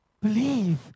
believe